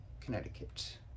Connecticut